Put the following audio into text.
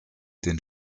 den